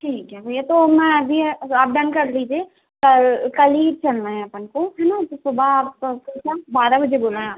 ठीक है भैया तो मैं अभी आप डन कर दीजिए कल कल ही चलना है अपन को है न तो सुबह आप को क्या बारह बजे बोला है